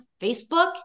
Facebook